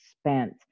spent